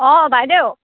অঁ বাইদেউ